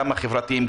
החברתיים,